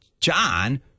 John